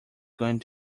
going